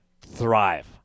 thrive